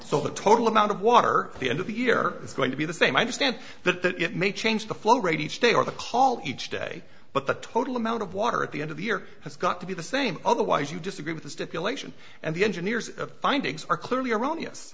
so the total amount of water the end of the year is going to be the same i understand that it may change the flow rate each day or call each day but the total amount of water at the end of the year has got to be the same otherwise you just agree with the stipulation and the engineers findings are clearly erroneous